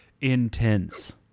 intense